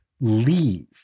leave